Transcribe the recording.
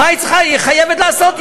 היא חייבת לעשות,